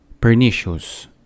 pernicious